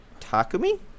takumi